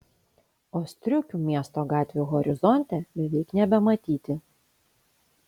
o striukių miesto gatvių horizonte beveik nebematyti